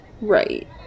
Right